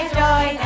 joy